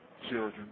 children